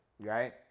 right